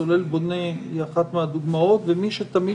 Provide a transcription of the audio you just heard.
סולל בונה היא אחת מהדוגמאות ומי שתמיד